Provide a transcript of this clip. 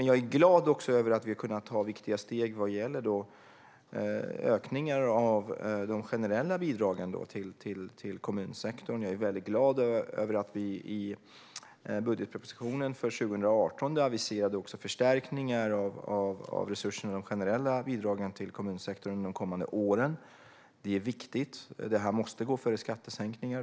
Jag är ändå glad över att vi har kunnat ta viktiga steg vad gäller ökningar av de generella bidragen till kommunsektorn, och jag är väldigt glad över att vi i budgetpropositionen för 2018 också aviserade förstärkningar av resurserna i de generella bidragen till kommunsektorn de kommande åren. Det är viktigt. Det här måste gå före skattesänkningar.